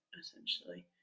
essentially